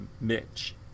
Mitch